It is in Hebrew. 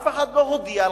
אף אחד לא הודיע לך.